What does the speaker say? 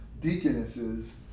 deaconesses